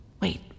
Wait